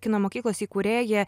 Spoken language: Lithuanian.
kino mokyklos įkūrėja